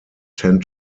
tend